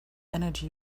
energy